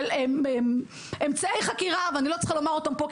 שאני לא צריכה לומר אותם פה,